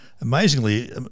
Amazingly